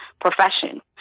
profession